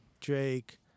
Drake